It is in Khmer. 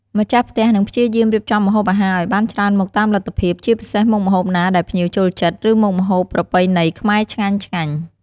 ម្ចាស់ផ្ទះនឹងព្យាយាមរៀបចំម្ហូបអាហារឱ្យបានច្រើនមុខតាមលទ្ធភាព ជាពិសេសមុខម្ហូបណាដែលភ្ញៀវចូលចិត្ត ឬមុខម្ហូបប្រពៃណីខ្មែរឆ្ងាញ់ៗ។